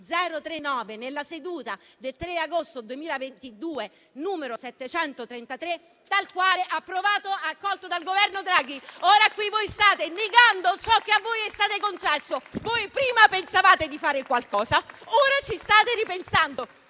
nella seduta del 3 agosto 2022, n. 737, tal quale approvato ed accolto dal Governo Draghi. Ora, qui, voi state negando ciò che a voi è stato concesso. Voi prima pensavate di fare qualcosa e ora ci state ripensando,